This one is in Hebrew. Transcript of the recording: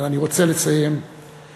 אבל אני רוצה לסיים ולומר: